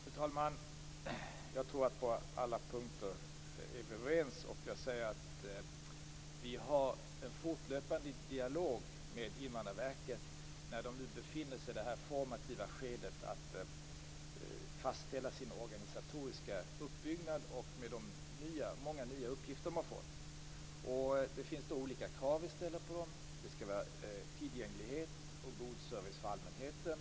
Fru talman! Jag tror att vi på alla punkter är överens. Vi har en fortlöpande dialog med Invandrarverket, som nu befinner sig i det formativa skedet att fastställa sin organisatoriska uppbyggnad och som har fått många nya uppgifter. Det finns olika krav som vi ställer på Invandrarverket. Det skall vara tillgänglighet och god service för allmänheten.